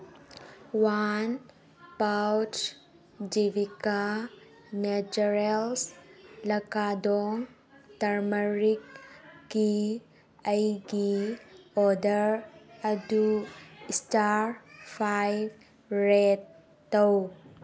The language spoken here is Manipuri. ꯋꯥꯟ ꯄꯥꯎꯁ ꯖꯤꯕꯤꯀꯥ ꯅꯦꯆꯔꯦꯜꯁ ꯂꯀꯥꯗꯣꯡ ꯇꯔꯃꯔꯤꯛꯀꯤ ꯑꯩꯒꯤ ꯑꯣꯔꯗꯔ ꯑꯗꯨ ꯏꯁꯇꯥꯔ ꯐꯥꯏꯚ ꯔꯦꯠ ꯇꯧ